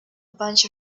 bunch